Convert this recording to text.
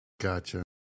Gotcha